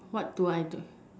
what do I